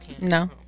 no